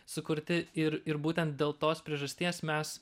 sukurti ir ir būtent dėl tos priežasties mes